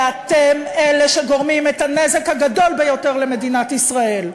ואתם אלה שגורמים את הנזק הגדול ביותר למדינת ישראל.